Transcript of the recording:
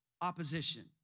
opposition